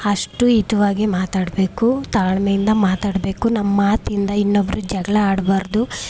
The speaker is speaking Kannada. ಅಷ್ಟು ಹಿತವಾಗಿ ಮಾತಾಡಬೇಕು ತಾಳ್ಮೆಯಿಂದ ಮಾತಾಡಬೇಕು ನಮ್ಮ ಮಾತಿಂದ ಇನ್ನೊಬ್ಬರು ಜಗಳ ಆಡಬಾರ್ದು